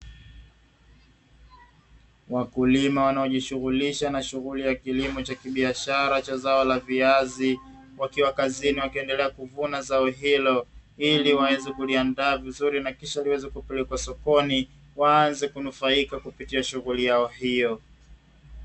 Wakulima wanaojishughulisha na shughuli ya kilimo cha kibiashara cha zao la viazi, wakiwa kazini wakiendelea kuvuna zao hilo ili waweze kuliandaa vizuri na kisha liweze kupelekwa sokoni waanze kunufaika kupitia shughuli yao hiyo.